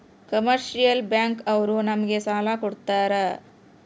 commercial bank ಅವ್ರು ನಮ್ಗೆ ಸಾಲ ಕೊಡ್ತಾರ